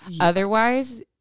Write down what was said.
Otherwise